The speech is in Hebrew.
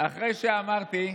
אחרי שאמרתי,